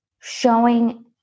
showing